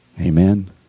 Amen